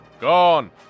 Gone